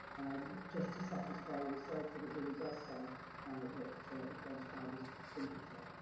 just to satisfy yourself that it really does say what the transcribers think it said.